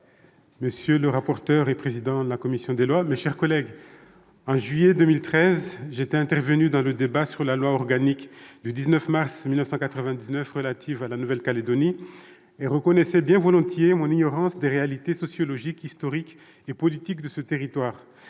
monsieur le président de la commission, mes chers collègues, en juillet 2013, j'étais intervenu dans le débat sur l'actualisation de la loi organique du 19 mars 1999 relative à la Nouvelle-Calédonie et je reconnaissais bien volontiers mon ignorance des réalités sociologiques, historiques et politiques de ce territoire.